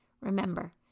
Remember